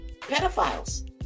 pedophiles